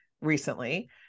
recently